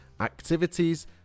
activities